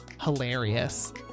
hilarious